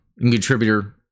contributor